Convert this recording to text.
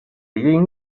این